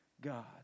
God